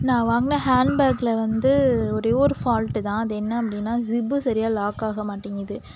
நான் வாங்கின ஹண்ட் பேக்கில் வந்து ஒரே ஒரு பால்ட்டு தான் அது என்ன அப்படினா ஜிப்பு சரியாக லாக் ஆக மாட்டேக்கிது